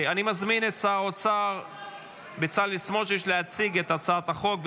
אני מזמין את שר האוצר בצלאל סמוטריץ' להציג את הצעת החוק.